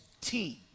team